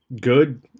good